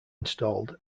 installed